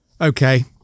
Okay